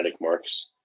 marks